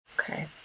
Okay